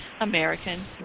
American